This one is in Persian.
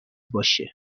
باشه